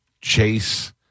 Chase